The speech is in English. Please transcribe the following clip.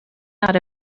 out